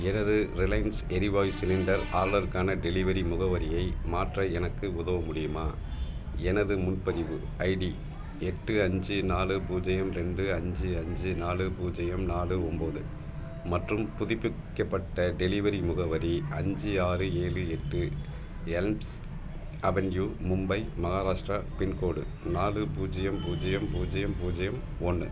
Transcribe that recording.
எனது ரிலையன்ஸ் எரிவாயு சிலிண்டர் ஆர்டருக்கான டெலிவரி முகவரியை மாற்ற எனக்கு உதவ முடியுமா எனது முன்பதிவு ஐடி எட்டு அஞ்சு நாலு பூஜ்ஜியம் ரெண்டு அஞ்சு அஞ்சு நாலு பூஜ்ஜியம் நாலு ஒம்பது மற்றும் புதுப்பிக்கப்பட்ட டெலிவரி முகவரி அஞ்சு ஆறு ஏழு எட்டு Elms avenue Mumbai Maharashtra pincode நாலு பூஜ்ஜியம் பூஜ்ஜியம் பூஜ்ஜியம் பூஜ்ஜியம் ஒன்று